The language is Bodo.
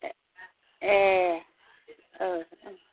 ए ओ अ